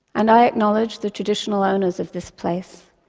and i acknowledge the traditional owners of this place,